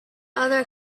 other